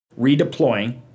redeploying